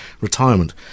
retirement